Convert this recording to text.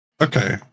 Okay